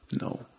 no